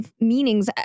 Meanings